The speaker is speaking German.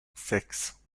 sechs